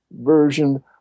version